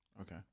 Okay